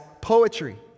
poetry